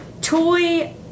Toy